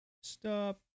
stop